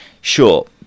sure